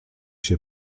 się